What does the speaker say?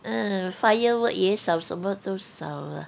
uh firework 也少什么都少 ah